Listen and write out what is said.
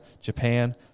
Japan